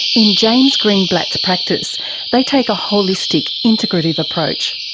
in james greenblatt's practice they take a holistic integrative approach.